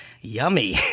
Yummy